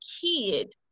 kid